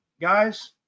guys